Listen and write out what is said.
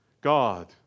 God